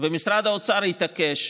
ומשרד האוצר התעקש,